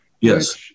Yes